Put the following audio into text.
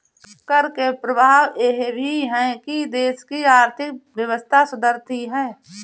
कर के प्रभाव यह भी है कि देश की आर्थिक व्यवस्था सुधरती है